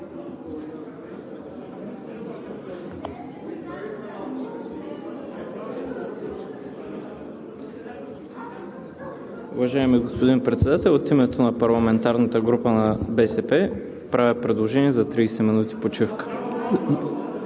Уважаеми господин Председател, от името на парламентарната група на БСП правя предложение за 30 минути почивка.